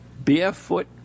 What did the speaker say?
barefoot